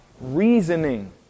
reasoning